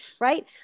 right